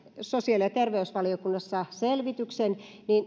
sosiaali ja terveysvaliokunnassa selvityksen niin